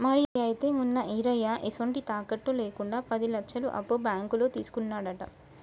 మరి అయితే మొన్న ఈరయ్య ఎసొంటి తాకట్టు లేకుండా పది లచ్చలు అప్పు బాంకులో తీసుకున్నాడట